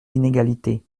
inégalités